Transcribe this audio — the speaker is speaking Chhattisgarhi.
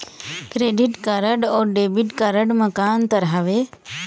क्रेडिट अऊ डेबिट कारड म का अंतर हावे?